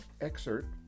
excerpt